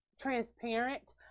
transparent